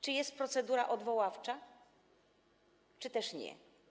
Czy jest procedura odwoławcza czy też nie?